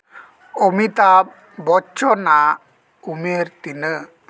ᱚᱢᱤᱛᱟᱵᱷ ᱵᱚᱪᱪᱚᱱᱟᱜ ᱩᱢᱮᱹᱨ ᱛᱤᱱᱟᱹᱜ